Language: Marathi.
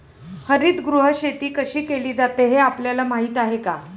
हरितगृह शेती कशी केली जाते हे आपल्याला माहीत आहे का?